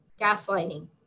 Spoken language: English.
gaslighting